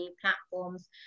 platforms